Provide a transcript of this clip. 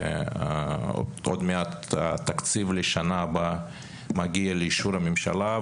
ועוד מעט התקציב לשנה הבאה מגיע לאישור הממשלה,